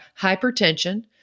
hypertension